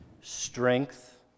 Strength